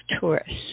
tourists